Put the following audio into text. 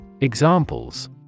Examples